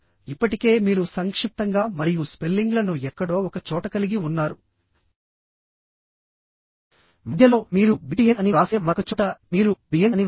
ఇప్పటికే మీరు సంక్షిప్తంగా మరియు స్పెల్లింగ్లను ఎక్కడో ఒక చోట కలిగి ఉన్నారు మధ్యలో మీరు BETN అని వ్రాసే మరొక చోట మీరు BN అని వ్రాస్తారు